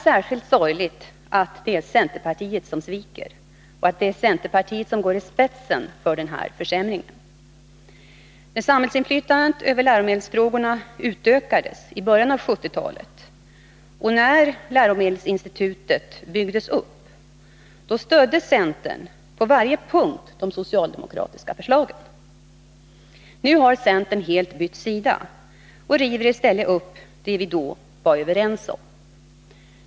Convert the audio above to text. Särskilt sorgligt är det, att det är centerpartiet som sviker och att det är centerpartiet som går i spetsen för den här försämringen. När samhällsinflytandet över läromedelsfrågorna utökades i början av 1970-talet och när läromedelsinstitutet byggdes upp, då stödde centern på varje punkt det socialdemokratiska förslaget. Nu har centern helt bytt sida och river i stället upp det vi då var överens om.